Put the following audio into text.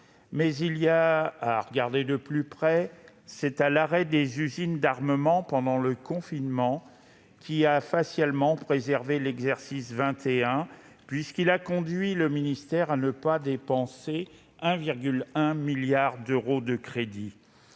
féliciter. À y regarder de plus près toutefois, c'est l'arrêt des usines d'armement pendant le confinement qui a facialement préservé l'exercice 2021, puisque cela a conduit le ministère à ne pas dépenser 1,1 milliard d'euros de crédits.